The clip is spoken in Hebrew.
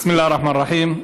בסם אללה א-רחמאן א-רחים.